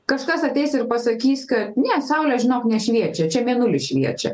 kažkas ateis ir pasakys kad ne saulė žinok nešviečia čia mėnulis šviečia